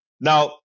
Now